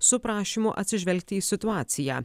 su prašymu atsižvelgti į situaciją